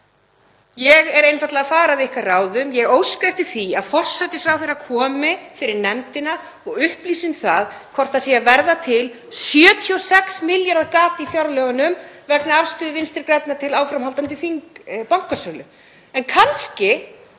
Ég er einfaldlega að fara að þeirra ráðum. Ég óska eftir því að forsætisráðherra komi fyrir nefndina og upplýsi um það hvort það sé að verða til 76 milljarða gat í fjárlögum vegna afstöðu Vinstri grænna til áframhaldandi bankasölu. Kannski